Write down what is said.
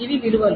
ఇవి విలువలు